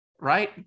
right